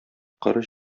коры